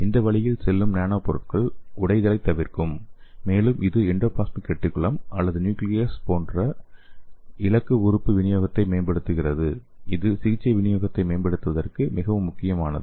இந்த வழியில் செல்லும் நானோ பொருட்கள் உடைதலை தவிர்க்கும் மேலும் இது எண்டோபிளாஸ்மிக் ரெட்டிகுலம் அல்லது நியூக்ளியஸ் போன்ற இலக்கு உறுப்புக்கு விநியோகத்தை மேம்படுத்துகிறது இது சிகிச்சை விநியோகத்தை மேம்படுத்துவதற்கு மிகவும் முக்கியமானது